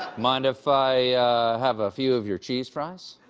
mind if i have a few of your cheese fries?